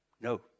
No